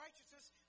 righteousness